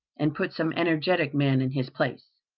and put some energetic man in his place.